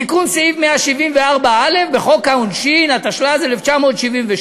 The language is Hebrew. תיקון סעיף 174א. בחוק העונשין, התשל"ז 1977,